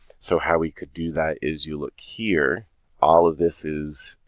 so how we could do that is you look here all of this is